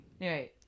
Right